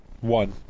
one